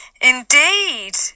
Indeed